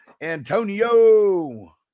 Antonio